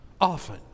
Often